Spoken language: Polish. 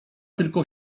tylko